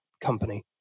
company